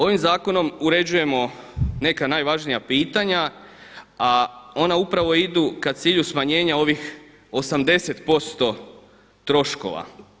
Ovim zakonom uređujemo neka najvažnija pitanja, a ona upravo idu k cilju smanjenja ovih 80% troškova.